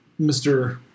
Mr